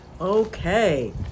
okay